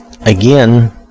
Again